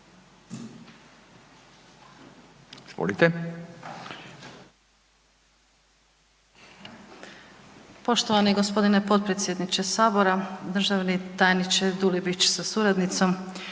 (HDZ)** Poštovani gospodine potpredsjedniče sabora, državni tajniče Dulibić sa suradnicom,